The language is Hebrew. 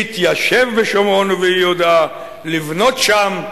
להתיישב בשומרון וביהודה, לבנות שם,